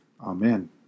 Amen